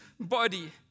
body